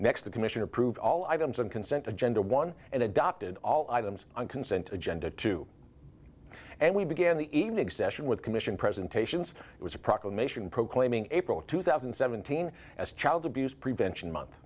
next the commission approve all items and consent agenda one and adopted all items on consent agenda to and we began the even exemption with commission presentations it was a proclamation proclaiming april two thousand and seventeen as child abuse prevention month